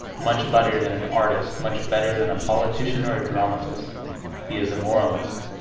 much better than an artist, much better than a politician or a dramatist he is a moralist,